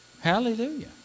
Hallelujah